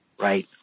right